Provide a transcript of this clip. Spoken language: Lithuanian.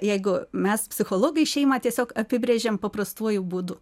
jeigu mes psichologai šeimą tiesiog apibrėžėm paprastuoju būdu